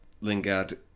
Lingard